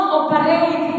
operate